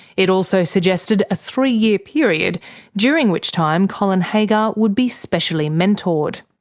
it also suggested a three-year period during which time colin haggar would be specially mentored.